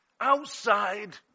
outside